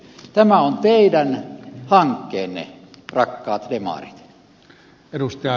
tämä on teidän hankkeenne rakkaat demarit